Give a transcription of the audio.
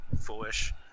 foolish